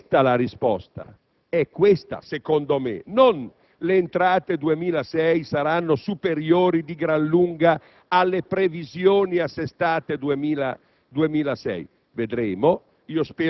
e sarà fra qualche tempo -, le entrate 2006 si avvicineranno alle previsioni più di quanto in passato si siano mai avvicinate.